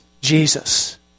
Jesus